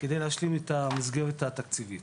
על מנת להשלים את המסגרת התקציבית.